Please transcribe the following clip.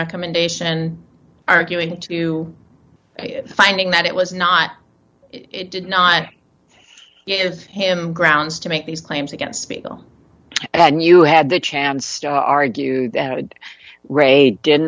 recommendation arguing to finding that it was not it did not give him grounds to make these claims against spiegel and you had the chance to argue that